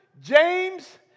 James